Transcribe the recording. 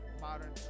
modern